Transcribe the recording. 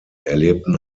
erlebten